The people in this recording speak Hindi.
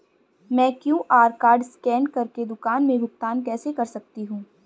मैं क्यू.आर कॉड स्कैन कर के दुकान में भुगतान कैसे कर सकती हूँ?